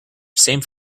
same